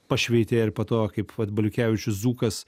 pašveitė ir po to kaip vat baliukevičius dzūkas